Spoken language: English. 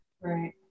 Right